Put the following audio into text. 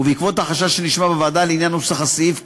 ובעקבות החשש שנשמע בוועדה לעניין נוסח הסעיף כיום,